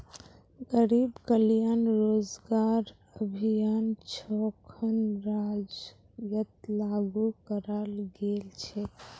गरीब कल्याण रोजगार अभियान छो खन राज्यत लागू कराल गेल छेक